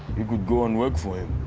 you could go and work for him.